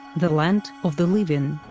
the land of the living,